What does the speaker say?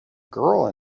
girl